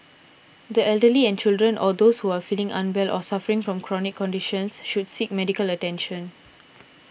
the elderly and children or those who are feeling unwell or suffering from chronic conditions should seek medical attention